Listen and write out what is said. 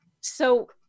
So-